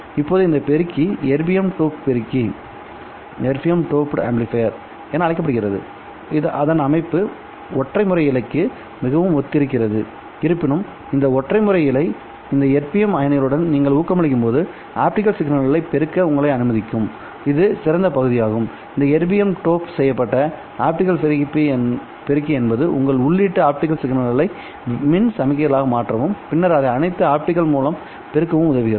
இப்போது இந்த பெருக்கி எர்பியம் டோப் பெருக்கி என அழைக்கப்படுகிறதுஅதன் அமைப்பு ஒற்றை முறை இழைக்கு மிகவும் ஒத்திருக்கிறது இருப்பினும் இந்த ஒற்றை முறை இழை இந்த எர்பியம் அயனிகளுடன் நீங்கள் ஊக்கமளிக்கும் போது ஆப்டிகல் சிக்னல்களை பெருக்க உங்களை அனுமதிக்கும் இது சிறந்த பகுதியாகும்இந்த எர்பியம் டோப் செய்யப்பட்ட ஆப்டிகல் பெருக்கி என்பது உங்கள் உள்ளீட்டு ஆப்டிகல் சிக்னல்களை மின் சமிக்ஞைகளாக மாற்றவும் பின்னர் இதை அனைத்து ஆப்டிகல் மூலம் பெருக்கவும் உதவுகிறது